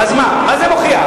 אז מה, מה זה מוכיח?